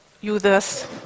users